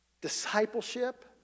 discipleship